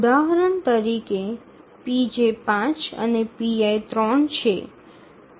ઉદાહરણ તરીકે pj ૫ અને pi 3 છે